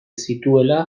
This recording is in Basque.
zituela